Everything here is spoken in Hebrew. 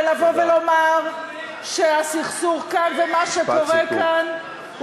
ולבוא ולומר שהסכסוך כאן ומה שקורה כאן,